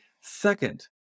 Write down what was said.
second